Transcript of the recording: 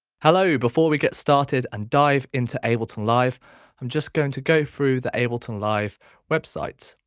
hello. before we get started and dive into ableton live i'm just going to go through the ableton live website.